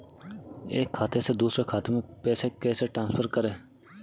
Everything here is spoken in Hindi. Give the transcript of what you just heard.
एक खाते से दूसरे खाते में पैसे कैसे ट्रांसफर करें?